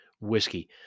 whiskey